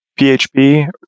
PHP